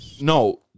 No